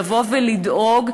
לבוא ולדאוג,